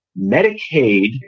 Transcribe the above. Medicaid